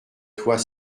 toit